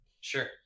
Sure